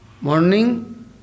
morning